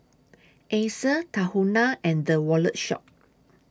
Acer Tahuna and The Wallet Shop